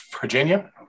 Virginia